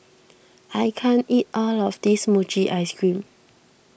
I can't eat all of this Mochi Ice Cream